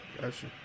Gotcha